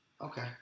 okay